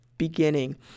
beginning